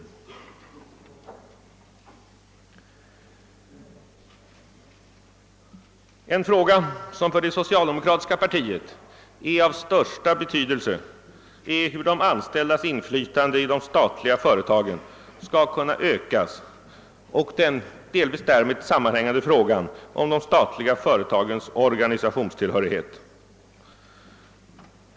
Problem som för det socialdemokratiska partiet är av största betydelse är hur de anställdas inflytande i de statliga företagen skall kunna ökas och den delvis därmed sammanhängande frågan om de statliga företagens organisationstillhörighet.